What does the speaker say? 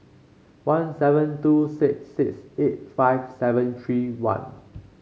one seven two six six eight five seven three one